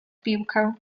piłkę